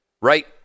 right